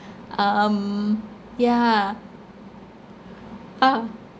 um yeah ah